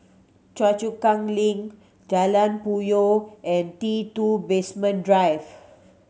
Choa Chu Kang Link Jalan Puyoh and T Two Basement Drive